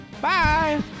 Bye